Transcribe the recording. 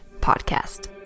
Podcast